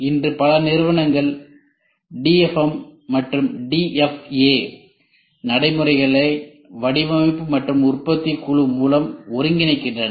இன்று பல நிறுவனங்கள் DFM மற்றும் DFA நடைமுறைகளை வடிவமைப்பு மற்றும் உற்பத்தி குழு மூலம் ஒருங்கிணைக்கின்றன